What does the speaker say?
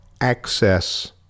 access